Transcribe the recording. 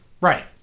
right